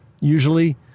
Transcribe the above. usually